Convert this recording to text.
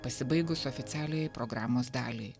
pasibaigus oficialiajai programos daliai